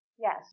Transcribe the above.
Yes